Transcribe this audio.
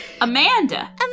Amanda